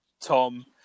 Tom